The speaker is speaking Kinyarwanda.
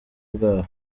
bwabo